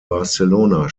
barcelona